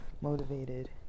motivated